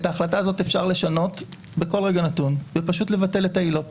את ההחלטה הזאת אפשר לשנות בכל רגע נתון ופשוט לבטל את העילות,